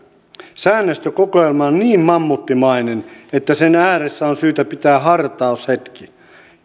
säännöstökokoelma on niin mammuttimainen että sen ääressä on syytä pitää hartaushetki